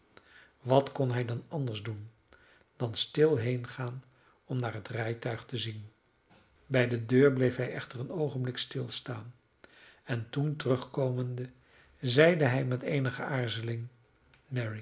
wat kon hij dan anders doen dan stil heengaan om naar het rijtuig te zien bij de deur bleef hij echter een oogenblik stilstaan en toen terugkomende zeide hij met eenige aarzeling